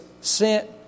sent